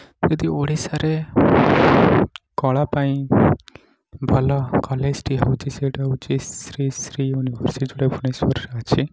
ଯଦି ଓଡ଼ିଶାରେ କଳା ପାଇଁ ଭଲ କଲେଜଟିଏ ହେଉଛି ସେଇଟା ହେଉଚି ଶ୍ରୀ ଶ୍ରୀ ୟୁନିଭରସିଟି ଯେଉଁଟା ଭୁବନେଶ୍ଵରରେ ଅଛି